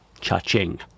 cha-ching